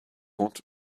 compte